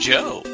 Joe